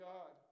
God